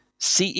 CE